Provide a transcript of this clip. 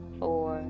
four